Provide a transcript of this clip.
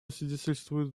свидетельствуют